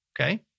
Okay